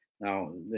Now